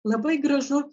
labai gražu